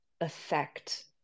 affect